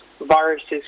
viruses